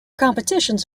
competitions